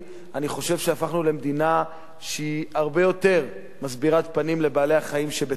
אני חושב שהפכנו למדינה שהיא הרבה יותר מסבירת פנים לבעלי-החיים שבתוכה,